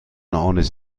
honors